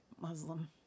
Muslim